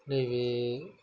नैबे